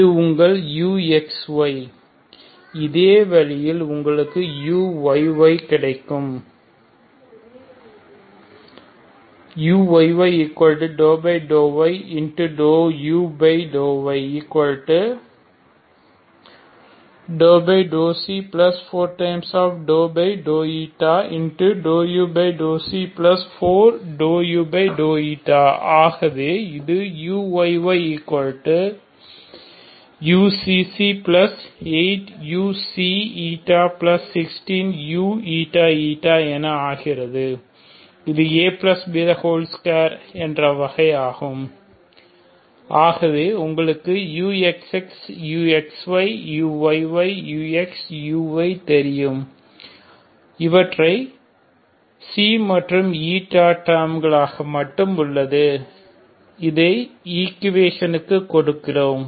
இது உங்கள் uxy இதே வழியில் உங்களுக்கு uyy கிடைக்கும் uyy∂y∂u∂y4∂u4∂u ஆகவே இது uyyuξ ξ 8uξ η16uηη என ஆகிறது இது AB2 என்ற வகை ஆகும் ஆகவே உங்களுக்கு uxxuxyuyyuxuy தெரியும் இவற்றை மற்றும் டெர்ம்மட்டும் உள்ளது இதை ஈக்குவெஷனுக்கு கொடுக்கிறோம்